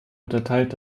unterteilt